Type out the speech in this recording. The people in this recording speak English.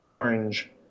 orange